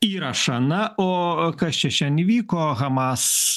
įrašą na o kas čia šian įvyko hamas